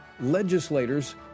legislators